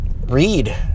read